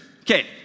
Okay